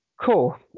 cool